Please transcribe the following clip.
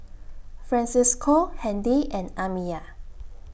Francisco Handy and Amiyah